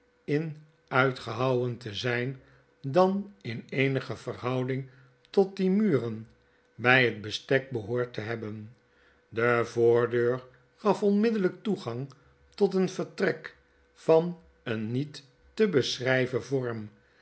eer inuitgehouwen te zp dan in eenige verhouding tot die muren bij het bestek behoord te hebben de voordeur gaf onmiddellp toegang tot een vertrek van een niet te beschrijven vorm